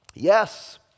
Yes